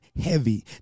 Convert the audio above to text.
heavy